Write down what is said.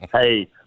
hey